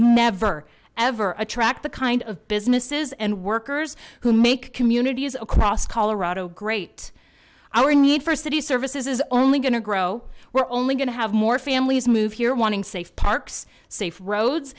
never ever attract the kind of businesses and workers who make communities across colorado great our need for city services is only going to grow we're only going to have more families move here wanting safe parks safe roads